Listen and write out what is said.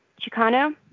Chicano